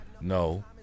No